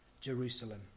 Jerusalem